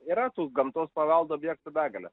yra tų gamtos paveldo objektų begale